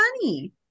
money